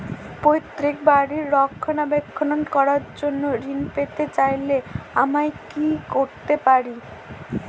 পৈত্রিক বাড়ির রক্ষণাবেক্ষণ করার জন্য ঋণ পেতে চাইলে আমায় কি কী করতে পারি?